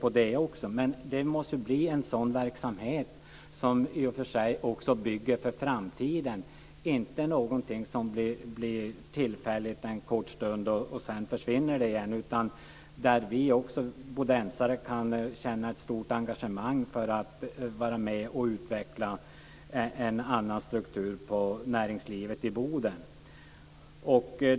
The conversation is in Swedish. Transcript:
Men det måste då vara fråga om en sådan verksamhet som också bygger för framtiden - inte något som finns tillfälligt, ett kort tag, för att sedan försvinna. Det behövs något som är av det slaget att också vi bodensare kan känna ett stort engagemang när det gäller att vara med och utveckla en annan struktur på näringslivet i Boden.